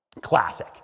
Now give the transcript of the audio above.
Classic